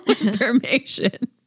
information